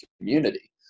community